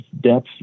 depth